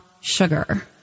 sugar